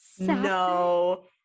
no